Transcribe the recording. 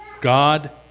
God